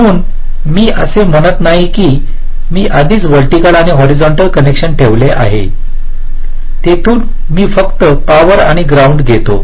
म्हणून मी असे मानत नाही की मी आधीच व्हर्टिकल आणि हॉरिझंटल कनेक्शन ठेवले आहे तेथून मी फक्त पॉवर आणि ग्राउंड घेतो